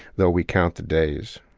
though we count the days